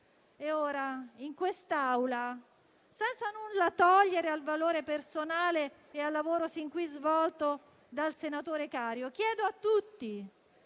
Ora, in questa Aula, senza nulla togliere al valore personale e al lavoro sin qui svolto dal senatore Cario, rivolgo a tutti